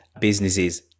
businesses